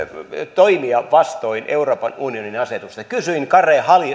toimia vastoin euroopan unionin asetusta kysyin kare